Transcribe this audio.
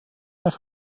auf